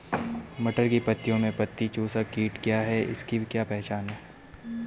मटर की पत्तियों में पत्ती चूसक कीट क्या है इसकी क्या पहचान है?